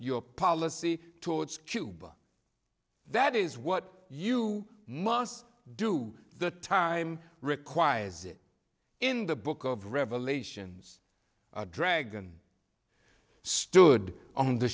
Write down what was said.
your policy towards cuba that is what you must do the time requires it in the book of revelations a dragon stood on the